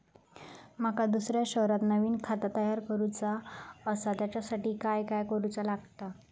माका दुसऱ्या शहरात नवीन खाता तयार करूचा असा त्याच्यासाठी काय काय करू चा लागात?